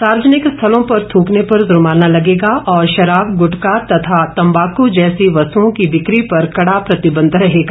सार्वजनकि स्थलों पर थ्रकने पर जुर्माना लगेगा और शराब गुटखा तथा तंबाकू जैसी वस्तुओं की बिक्री पर कड़ा प्रतिबंध रहेगा